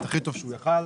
את הכי טוב שהוא יכול,